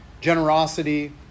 Generosity